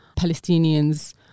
Palestinians